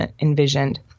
envisioned